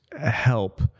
help